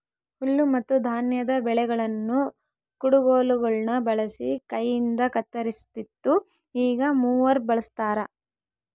ಹುಲ್ಲುಮತ್ತುಧಾನ್ಯದ ಬೆಳೆಗಳನ್ನು ಕುಡಗೋಲುಗುಳ್ನ ಬಳಸಿ ಕೈಯಿಂದಕತ್ತರಿಸ್ತಿತ್ತು ಈಗ ಮೂವರ್ ಬಳಸ್ತಾರ